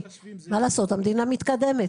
מה לעשות, המדינה מתקדמת.